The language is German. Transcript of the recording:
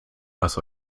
was